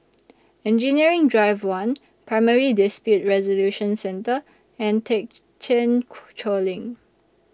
Engineering Drive one Primary Dispute Resolution Centre and Thekchen Choling